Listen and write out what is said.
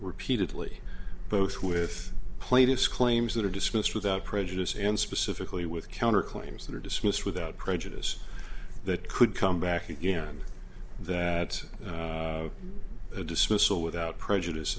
repeatedly both with plaintiffs claims that are dismissed without prejudice and specifically with counter claims that yes miss without prejudice that could come back again that the dismissal without prejudice